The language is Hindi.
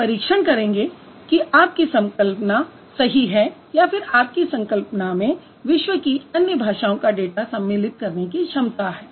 आप परीक्षण करेंगे कि आपकी संकल्पना सही है या फिर आपकी संकल्पना में विश्व की अन्य भाषाओं का डाटा सम्मिलित करने की क्षमता है